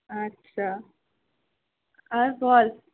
আচ্ছা আর বল